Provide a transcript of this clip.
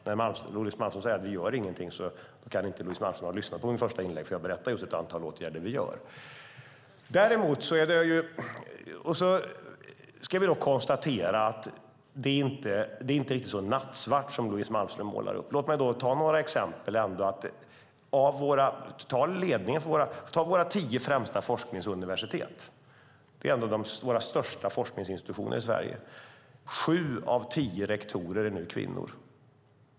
När Louise Malmström säger att vi inte gör något kan Louise Malmström inte ha lyssnat på mitt första inlägg då jag berättade om ett antal åtgärder som vi vidtar. Vi ska konstatera att det inte är riktigt så nattsvart som Louise Malmström målar upp. Om vi ser på våra tio främsta forskningsuniversitet - det är de största forskningsinstitutionerna i Sverige - är sju rektorer av tio kvinnor.